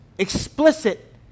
explicit